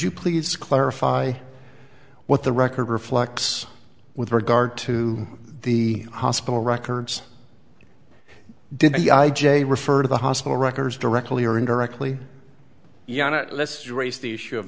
you please clarify what the record reflects with regard to the hospital records did the i j refer to the hospital records directly or indirectly yeah lets you raise the issue of